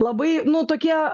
labai nu tokie